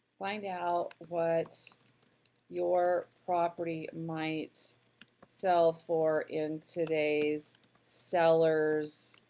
find out what your property might sell for in today's seller's